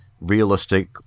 realistic